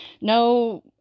no